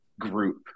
group